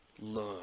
learn